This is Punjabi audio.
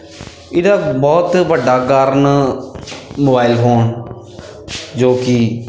ਇਹਦਾ ਬਹੁਤ ਵੱਡਾ ਕਾਰਨ ਮੋਬਾਈਲ ਫੋਨ ਜੋ ਕਿ